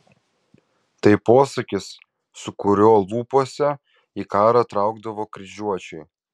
tai posakis su kuriuo lūpose į karą traukdavo kryžiuočiai